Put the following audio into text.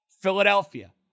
Philadelphia